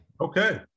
Okay